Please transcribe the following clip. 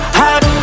hot